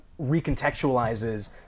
recontextualizes